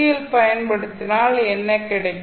L பயன்படுத்தினால் என்ன கிடைக்கும்